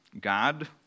God